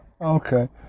okay